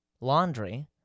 laundry